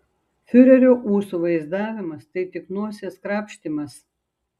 fiurerio ūsų vaizdavimas tai tik nosies krapštymas